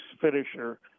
finisher